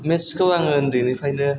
मेत्सखौ आं उन्दैनिफ्रायनो